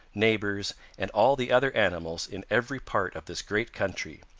neighbors and all the other animals in every part of this great country.